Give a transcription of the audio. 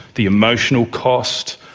the emotional cost,